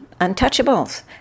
untouchables